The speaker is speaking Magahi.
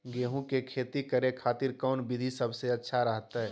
गेहूं के खेती करे खातिर कौन विधि सबसे अच्छा रहतय?